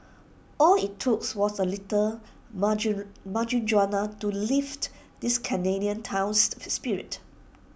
all IT took was A little marijuana to lift this Canadian town's spirits